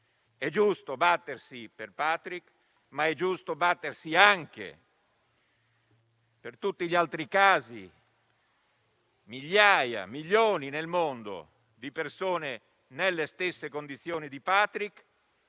È giusto battersi per Patrick, ma è giusto battersi anche per tutti gli altri milioni di casi nel mondo di persone nelle stesse condizioni di Patrick.